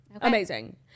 amazing